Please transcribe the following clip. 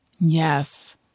Yes